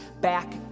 back